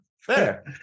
Fair